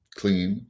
clean